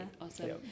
awesome